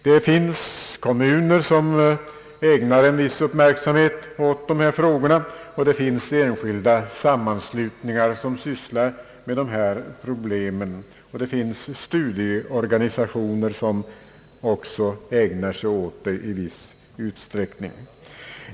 Det finns kommuner som ägnar en del uppmärksamhet åt dessa frågor, det finns enskilda sammanslutningar som sysslar med dessa problem, och det finns studieorganisationer som också ägnar sig åt dem i viss utsträckning.